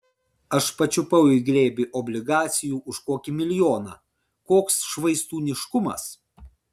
aš pačiupau į glėbį obligacijų už kokį milijoną koks švaistūniškumas